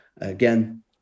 again